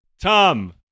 Tom